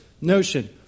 notion